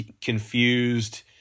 confused